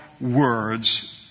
words